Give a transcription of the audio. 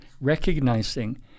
recognizing